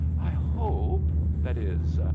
i hope that is,